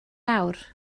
awr